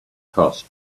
cost